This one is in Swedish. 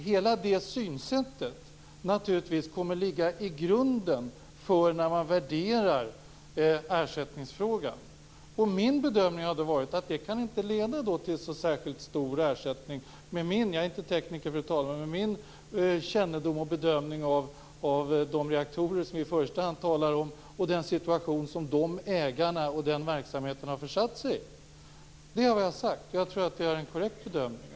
Hela det synsättet kommer naturligtvis att ligga i grunden när ersättningsfrågan värderas. Jag är inte tekniker, fru talman. Men med min kännedom om och bedömning av de reaktorer som vi i första hand talar om, och den situation som de ägarna och den verksamheten har försatt sig i, är min bedömning att det inte kan leda till så särskilt stor ersättning. Det är vad jag har sagt, och jag tror att det är en korrekt bedömning.